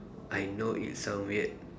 I know it sound weird